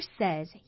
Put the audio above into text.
says